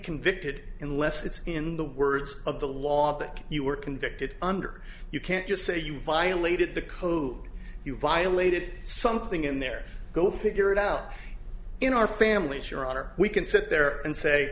convicted unless it's in the words of the law that you were convicted under you can't just say you violated the code you violated something in there go figure it out in our families your honor we can sit there and say